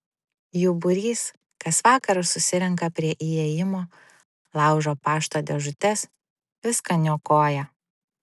jų būrys kas vakarą susirenka prie įėjimo laužo pašto dėžutes viską niokoja